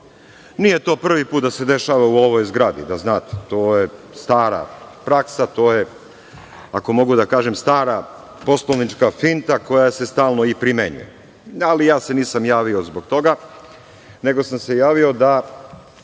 to prvi put da se dešava u ovoj zgradi, da znate. To je stara praksa, to je, ako mogu da kažem, stara poslovnička finta koja se stvarno i primenjuje. Ja se nisam javio zbog toga, nego sam se javio da